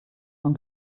von